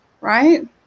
right